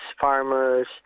farmers